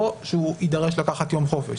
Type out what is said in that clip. או שהוא יידרש לקחת יום חופש.